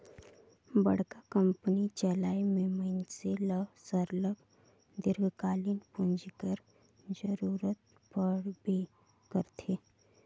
बड़का कंपनी चलाए में मइनसे ल सरलग दीर्घकालीन पूंजी कर जरूरत परबे करथे